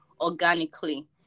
organically